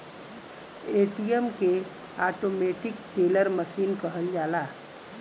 ATM के automatic teller machine कहल जाला